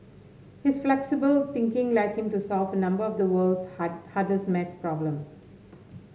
his flexible thinking led him to solve a number of the world's hard hardest math problems